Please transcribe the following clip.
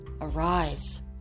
arise